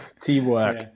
Teamwork